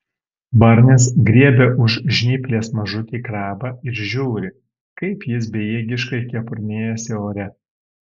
barnis griebia už žnyplės mažutį krabą ir žiūri kaip jis bejėgiškai kepurnėjasi ore